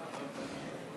טוב,